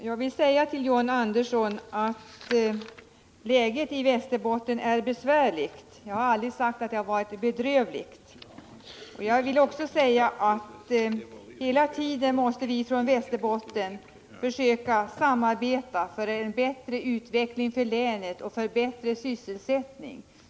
Herr talman! Jag vill till John Andersson säga att läget i Västerbotten är besvärligt. Jag har aldrig sagt att det är bedrövligt. Hela tiden måste vi från Västerbotten försöka samarbeta för en bättre utveckling i länet och för bättre sysselsättning.